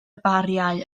bariau